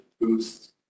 boost